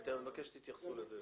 אני מבקש שתתייחסו לזה.